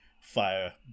fire